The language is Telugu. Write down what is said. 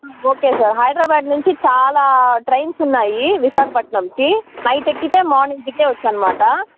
ఓకే సార్ హైదరాబాద్ నుంచి చాలా ట్రైన్స్ ఉన్నాయి విశాఖపట్నంకి నైట్ ఎక్కితే మార్నింగ్ దిగేయొచ్చునమాట